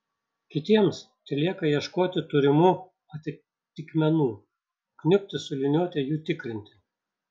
kitiems telieka ieškoti turimų atitikmenų kniubti su liniuote jų tikrinti